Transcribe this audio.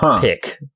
pick